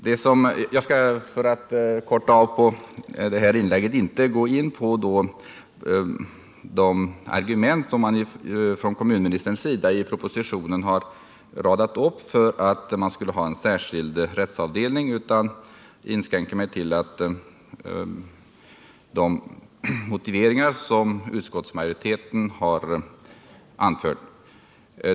För att försöka förkorta mitt inlägg skall jag inte gå in på de argument för en särskild rättsavdelning som kommunministern radat upp i propositionen, utan jag inskränker mig till att beröra de motiveringar som utskottsmajoriteten har anfört.